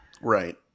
Right